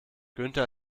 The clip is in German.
günther